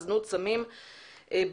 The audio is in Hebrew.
הזנות וסמים באזור.